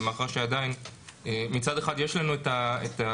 ומאחר שעדיין מצד אחד יש לנו את הפסיקה